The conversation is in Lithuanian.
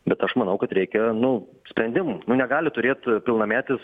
bet aš manau kad reikia nu sprendimų nu negali turėt pilnametis